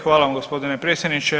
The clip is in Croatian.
Hvala vam g. predsjedniče.